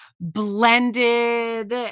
blended